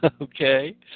okay